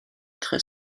très